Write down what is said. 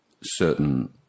certain